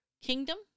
Kingdom